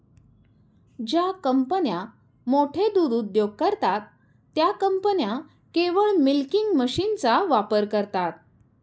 ज्या कंपन्या मोठे दूध उद्योग करतात, त्या कंपन्या केवळ मिल्किंग मशीनचा वापर करतात